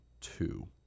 two